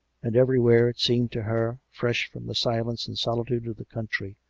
and everywhere, it seemed to her fresh from the silence and solitude of the country,